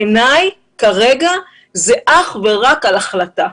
בעיניי כרגע זה אך ורק החלטה.